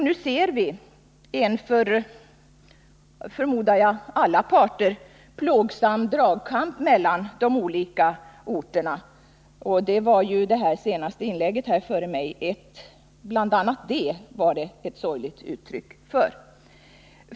Nu ser vi en för, förmodar jag, alla parter plågsam dragkamp mellan de olika orterna. BI. a. det var ju det närmast föregående inlägget här i kammaren ett sorgligt uttryck för.